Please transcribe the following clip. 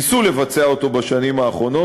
ניסו לבצע אותו בשנים האחרונות.